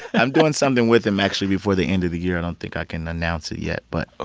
i'm doing something with him, actually, before the end of the year. i don't think i can announce it yet. but. oh.